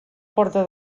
porta